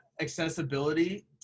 accessibility